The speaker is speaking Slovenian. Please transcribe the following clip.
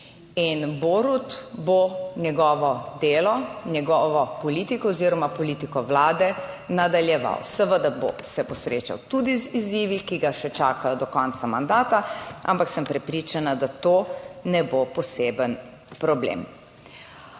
In Borut bo njegovo delo, njegovo politiko oziroma politiko vlade nadaljeval, seveda se bo srečal tudi z izzivi, ki ga še čakajo do konca mandata, ampak sem prepričana, da to ne bo poseben problem.